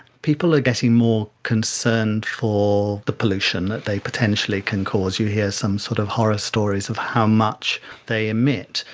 people are getting more concerned for the pollution that they potentially can cause. you hear some sort of horror stories of how much they emit.